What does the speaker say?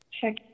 Check